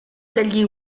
degli